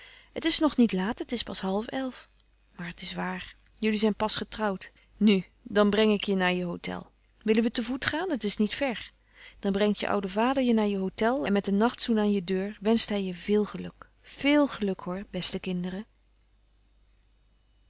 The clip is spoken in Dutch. het is nog niet laat het is pas half elf maar het is waar jullie zijn pas getrouwd nu dan breng ik je naar je hôtel willen we te voet gaan het is niet ver dan brengt je oude vader je naar je hôtel en met een nachtzoen aan je deur wenscht hij je veel geluk véel geluk hoor beste kinderen